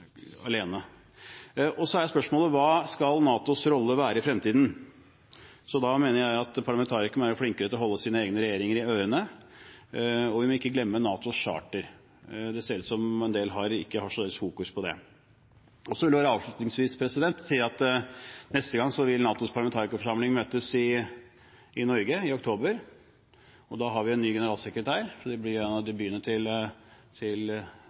alene. Så er spørsmålet: Hva skal NATOs rolle være i fremtiden? Da mener jeg at parlamentarikerne må være flinkere til å holde sine egne regjeringer i ørene, og vi må ikke glemme NATOs charter. Det ser ut som om en del ikke har så stort fokus på det. Så vil jeg bare avslutningsvis si at neste gang vil NATOs parlamentarikerforsamling møtes i Norge i oktober. Da har vi en ny generalsekretær. Det blir en av debutene til den nye generalsekretær Stoltenberg. Det blir interessant å høre hva han har å bidra med. Helt til